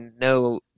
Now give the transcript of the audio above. no